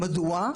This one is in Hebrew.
מדוע?